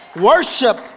Worship